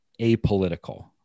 apolitical